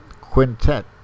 Quintet